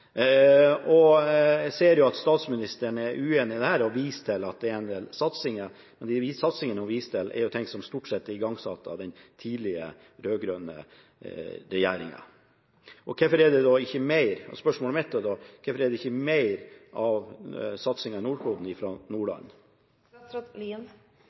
og ikke minst det som går på kraft, som man er stor på i Nordland, ser man veldig lite til. Jeg ser at statsministeren er uenig i dette og viser til at det er en del satsinger. Men de satsingene hun viser til, er jo ting som stort sett er igangsatt av den tidligere rød-grønne regjeringen. Spørsmålet mitt er da: Hvorfor står det ikke mer om satsingen i Nordland i